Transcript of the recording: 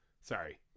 Sorry